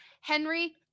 Henry